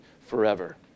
forever